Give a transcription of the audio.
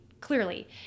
clearly